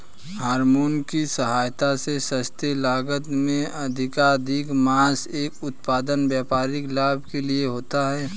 hormone की सहायता से सस्ते लागत में अधिकाधिक माँस का उत्पादन व्यापारिक लाभ के लिए होता है